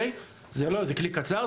זה כלי קצר,